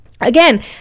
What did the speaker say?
again